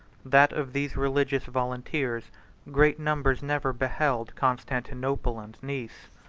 that of these religious volunteers great numbers never beheld constantinople and nice.